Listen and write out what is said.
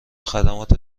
خدمات